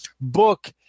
book